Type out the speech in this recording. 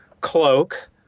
cloak